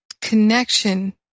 connection